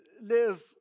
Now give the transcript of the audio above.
live